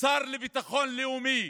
שר לביטחון לאומי,